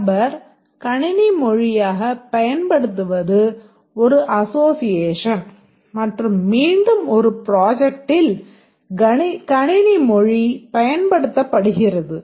நபர் கணினி மொழியாகப் பயன்படுத்துவது ஒரு அசோசியேஷன் மற்றும் மீண்டும் ஒரு ப்ராஜெக்ட்டில் கணினி மொழி பயன்படுத்தப்படுகிறது